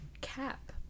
cap